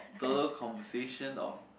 the conversation of